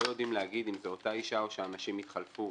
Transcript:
לא יודעים להגיד אם זו אותה אישה או שהנשים התחלפו.